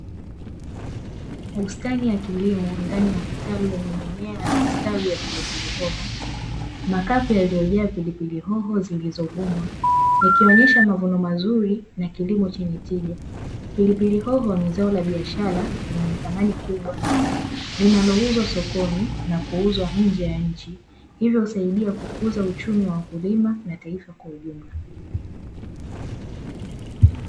Bustani ya kilimo ndani ya kitalu yenye mimea stawi ya pilipili hoho, makapu yaliyojaa pilipili hoho zilizovunwa, ikionyesha mavuno mazuri na kilimo chenye tija. Pilipili hoho ni zao la biashara lenye thamani kubwa linalouzwa sokoni na kuuzwa nje ya nchi, hivyo husaidia kukuza uchumi wa wakulima na taifa kwa ujumla.